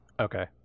Okay